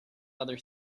other